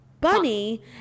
Bunny